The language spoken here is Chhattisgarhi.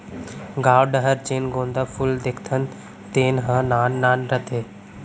गॉंव डहर जेन गोंदा फूल देखथन तेन ह नान नान रथे